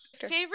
favorite